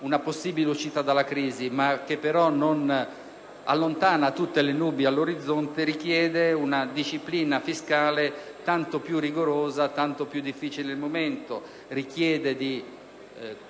una possibile uscita dalla crisi ma che non allontana tutte le nubi all'orizzonte, richiede una disciplina fiscale tanto più rigorosa quanto più difficile è la